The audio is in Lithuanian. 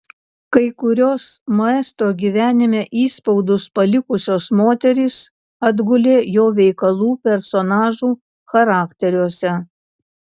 kai kurios maestro gyvenime įspaudus palikusios moterys atgulė jo veikalų personažų charakteriuose